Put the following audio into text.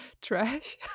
trash